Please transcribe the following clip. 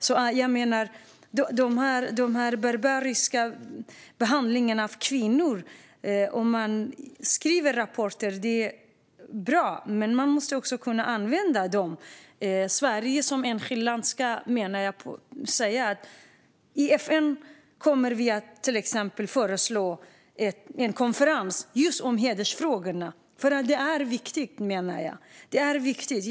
Det är bra att skriva rapporter om denna barbariska behandling av kvinnor, men man måste också kunna använda rapporterna. Jag menar att Sverige som enskilt land i FN ska föreslå en konferens om hedersfrågorna. Det är nämligen viktigt.